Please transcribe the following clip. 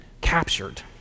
captured